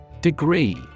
Degree